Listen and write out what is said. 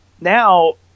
now